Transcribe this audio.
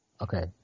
Okay